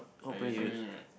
I using